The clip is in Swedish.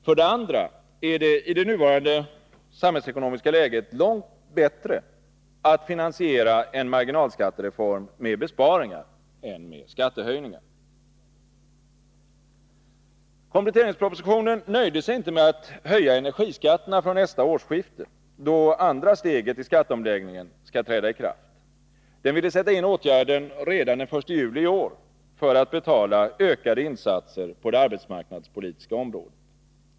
För det andra är det i nuvarande samhällsekonomiska läge långt bättre att finansiera en marginalskattereform med besparingar än med skattehöjningar. Kompletteringspropositionen nöjde sig inte med att höja energiskatterna från nästa årsskifte, då andra steget i skatteomläggningen skall träda i kraft. Den ville sätta in åtgärden redan den 1 juli i år för att betala ökade insatser på det arbetsmarknadspolitiska området.